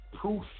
Proof